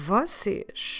Vocês